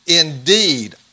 Indeed